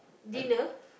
dinner